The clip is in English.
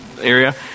area